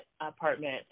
apartment